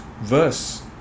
verse